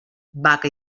vaca